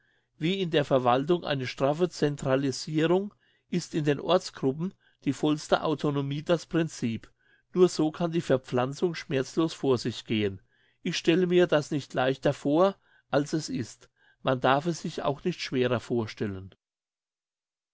wie in der verwaltung eine straffe centralisirung ist in den ortsgruppen die vollste autonomie das princip nur so kann die verpflanzung schmerzlos vor sich gehen ich stelle mir das nicht leichter vor als es ist man darf es sich auch nicht schwerer vorstellen